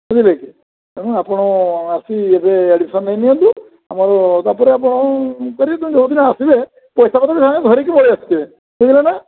ବୁଝିଲେ କି ତେଣୁ ଆପଣ ଆସି ଏବେ ଆଡ଼ମିସନ୍ ନେଇ ନିଅନ୍ତୁ ଆମର ତାପରେ ଆପଣ କରିବେ ଯେଉଁ ଦିନ ଆସିବେ ପଇସା ପତ୍ର ଧରିକି ପଳାଇ ଆସିଥିବେ ବୁଝିଲେ ନା